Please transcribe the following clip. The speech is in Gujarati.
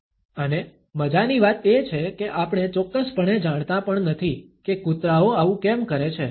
અને મજાની વાત એ છે કે આપણે ચોક્કસપણે જાણતા પણ નથી કે કૂતરાઓ આવું કેમ કરે છે